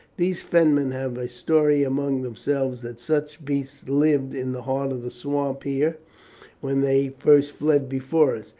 these fenmen have a story among themselves that such beasts lived in the heart of the swamp here when they first fled before us.